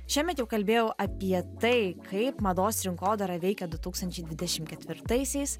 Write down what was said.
šiemet jau kalbėjau apie tai kaip mados rinkodara veikia du tūkstančiai dvidešim ketvirtaisiais